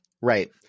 Right